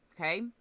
Okay